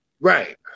Right